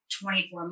24